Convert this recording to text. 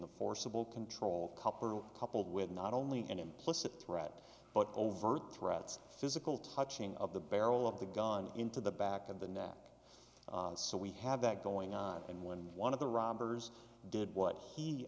the forcible control couple coupled with not only an implicit threat but overt threats physical touching of the barrel of the gun into the back of the neck so we have that going on and when one of the robbers did what he